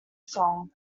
song